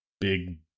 big